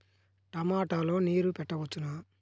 టమాట లో నీరు పెట్టవచ్చునా?